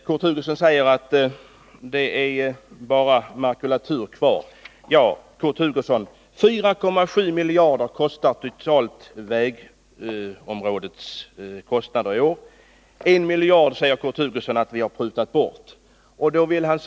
Herr talman! Vägområdet kostar totalt 4,7 miljarder kronor. Kurt Hugosson säger att vi har prutat bort en miljard.